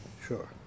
Sure